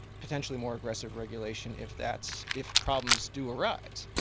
potentially more aggressive regulation, if that's if problems do arise.